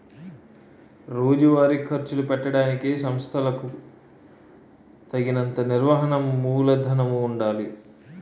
రోజువారీ ఖర్చులు పెట్టడానికి సంస్థలకులకు తగినంత నిర్వహణ మూలధనము ఉండాలి